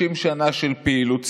60 שנה של פעילות ציבורית.